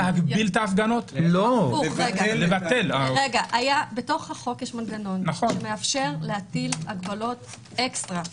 בחוק יש מנגנון שמאפשר להטיל הגבלות אקסטרה.